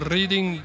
Reading